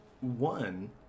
One